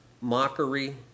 mockery